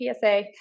PSA